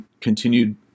continued